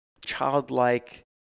childlike